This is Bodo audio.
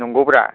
नंगौब्रा